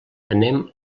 anem